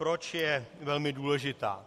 Proč je velmi důležitá?